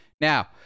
Now